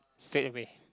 straight away